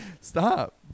Stop